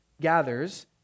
gathers